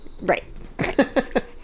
Right